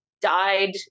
died